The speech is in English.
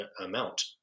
amount